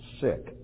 sick